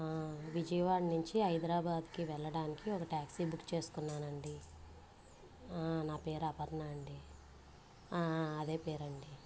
విజయవాడ నుంచి హైదరాబాద్కి వెళ్ళడానికి ఒక ట్యాక్సీ బుక్ చేసుకున్నానండి నా పేరు అపర్ణ అండి అదే పేరండి